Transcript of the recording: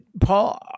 Paul